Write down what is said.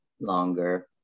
longer